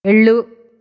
వెళ్ళు